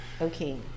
Okay